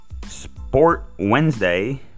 SportWednesday